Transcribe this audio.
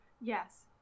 Yes